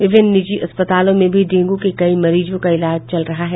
विभिन्न निजी अस्पतालों में भी डेंगू के कई मरीजों का इलाज किया जा रहा है